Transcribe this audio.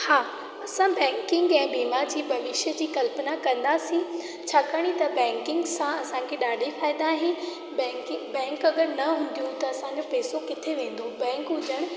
हा असां बैंकिंग ऐं बीमा जी भविष्य जी कल्पना कंदासीं छाकाणि त बैंकिंग सां असां खे ॾाढी फ़ाइदा आहिनि बैंकिंग बैंक अगरि न हूंदियूं त असां जो पैसो किथे वेंदो बैंक हुजणु